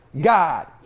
God